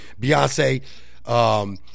Beyonce